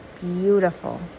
beautiful